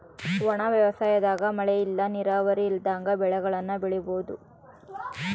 ಒಣ ವ್ಯವಸಾಯದಾಗ ಮಳೆ ಇಲ್ಲ ನೀರಾವರಿ ಇಲ್ದಂಗ ಬೆಳೆಗುಳ್ನ ಬೆಳಿಬೋಒದು